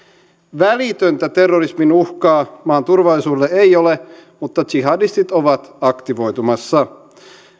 välitöntä terrorismin uhkaa maan turvallisuudelle ei ole mutta jihadistit ovat aktivoitumassa